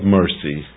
mercy